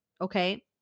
Okay